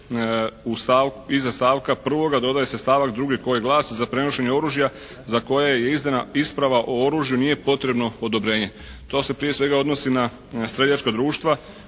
iza stavka 1. dodaje se stavak 2. koji glasi: "Za prenošenje oružja za koje je izdana isprava o oružju nije potrebno odobrenje.". To se prije svega odnosi na streljačka društva